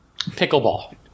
pickleball